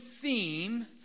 theme